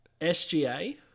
SGA